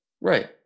right